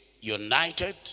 united